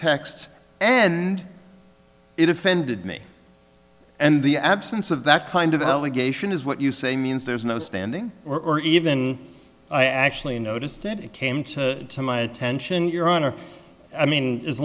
texts and it offended me and the absence of that kind of allegation is what you say means there's no standing or even i actually noticed it it came to my attention your honor i mean as